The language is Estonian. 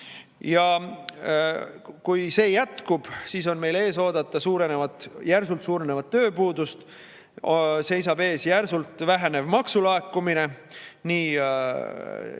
Ja kui see jätkub, siis on meil ees oodata järsult suurenevat tööpuudust, seisab ees järsult vähenev maksulaekumine nii